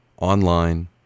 online